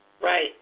Right